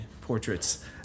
Portraits